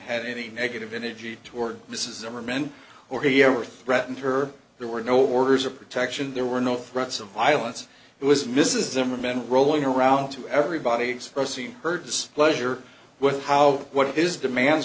had any negative energy toward this is him or men or he ever threatened her there were no orders of protection there were no threats of violence it was mrs zimmerman rolling around to everybody expressing her displeasure with how what his demands